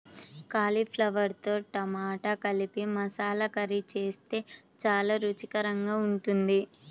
కాలీఫ్లవర్తో టమాటా కలిపి మసాలా కర్రీ చేస్తే చాలా రుచికరంగా ఉంటుంది